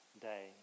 day